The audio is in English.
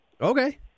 Okay